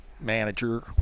manager